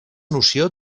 noció